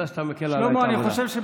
אתה חרפה לעדה התוניסאית, אתה.